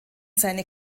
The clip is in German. seine